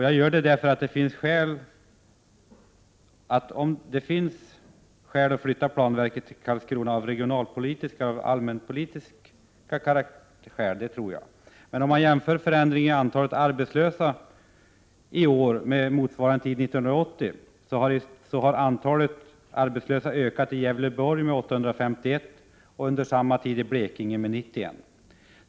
Jag tror att det finns regionalpolitiska skäl och skäl av mera allmänpolitisk karaktär att flytta planverket till Karlskrona. Men om man jämför förändringen i fråga om antalet arbetslösa i år med motsvarande period 1980, så finner man att antalet arbetslösa i Gävleborg har ökat med 851 personer och med 91 i Blekinge.